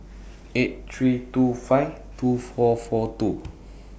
eight three two five two four four two